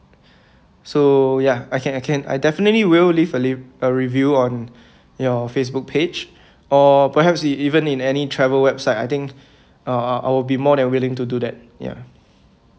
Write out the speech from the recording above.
so ya I can I can I definitely will leave a lea~ a review on your Facebook page or perhaps it even in any travel website I think uh uh I will be more than willing to do that ya